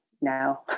No